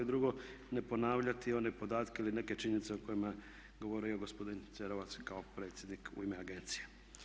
I drugo, ne ponavljati one podatke ili neke činjenice o kojima je govorio gospodin Cerovac i kao predsjednik u ime agencije.